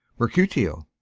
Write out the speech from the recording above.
mercutio,